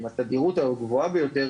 עם התדירות הגבוהה ביותר,